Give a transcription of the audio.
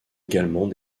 également